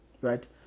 Right